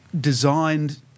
designed